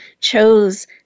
chose